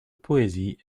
poésie